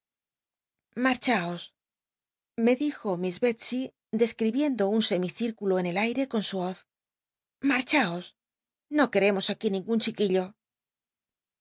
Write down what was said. marchaos me dij o miss bclscy dcsctibicndo un semi cítculo en el airc con su hoz marchaos no queremos aquí ningun chiquillo